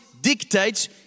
dictates